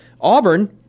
Auburn